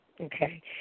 okay